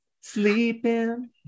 sleeping